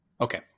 Okay